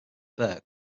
burke